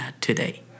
today